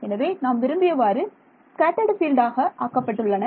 எனவே நாம் விரும்பியவாறு ஸ்கேட்டர்ட் பீல்டாக ஆக்கப்பட்டுள்ளன